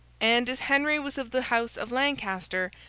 and as henry was of the house of lancaster,